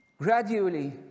Gradually